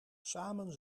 samen